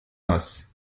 das